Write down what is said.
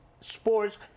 sports